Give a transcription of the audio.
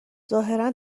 ظاهرا